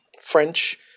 French